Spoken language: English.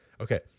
okay